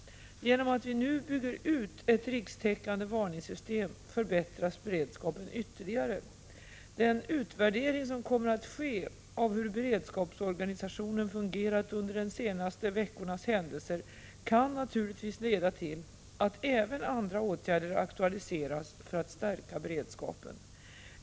Genom att vi nu bygger ut ett rikstäckande varningssystem förbättras beredskapen ytterligare. Den utvärdering som kommer att ske av hur beredskapsorganisationen fungerat under den senaste veckans händelser kan naturligtvis leda till att även andra åtgärder aktualiseras för att stärka beredskapen.